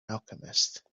alchemist